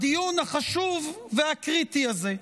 בדיון החשוב והקריטי הזה.